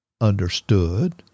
understood